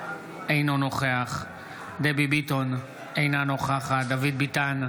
אינו נוכח דבי ביטון, אינה נוכחת דוד ביטן,